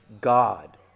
God